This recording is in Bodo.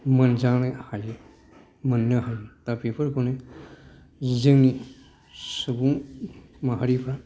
मोनजानो हायो मोननो हायो दा बेफोरखौनो जोंनि सुबुं माहारिफ्रा